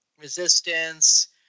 resistance